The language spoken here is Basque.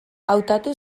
hautatu